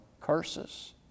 curses